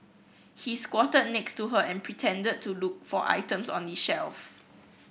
he squatted next to her and pretended to look for items on the shelf